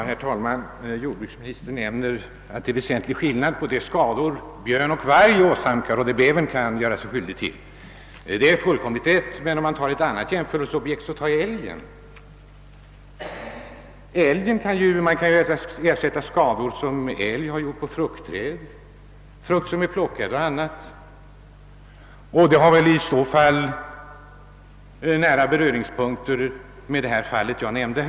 Herr talman! Jordbruksministern säger att det är väsentlig skillnad på de skador som vållas av björn och varg och vad bävern kan göra sig skyldig till. Det är fullkomligt rätt, men vi kan ta ett annat jämförelseobjekt — när älgen skadar fruktträd, frukt som är plockad etc. kan ersättning utgå för de skadorna. Där tycker jag det finns nära beröringspunkter med det fall jag nämnde.